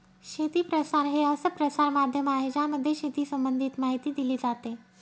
शेती प्रसार हे असं प्रसार माध्यम आहे ज्यामध्ये शेती संबंधित माहिती दिली जाते